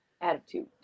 attitude